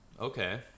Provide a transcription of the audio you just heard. Okay